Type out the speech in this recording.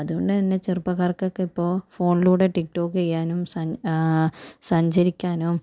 അതുകൊണ്ടുതന്നെ ചെറുപ്പക്കാർക്കൊക്കെ ഇപ്പോൾ ഫോണിലൂടെ റ്റിക്റ്റോക്ക് ചെയ്യാനും സൻ സഞ്ചരിക്കാനും